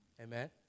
Amen